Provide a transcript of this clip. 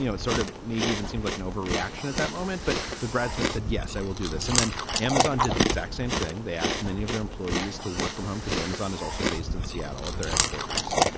you know it's sort of maybe even seemed like an overreaction at that moment. but but brad smith said, yes, i will do this. and then amazon did the exact same thing. they asked many of their employees to work from home because amazon is also based in seattle at their headquarters.